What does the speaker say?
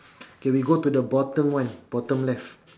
K we go to the bottom one bottom left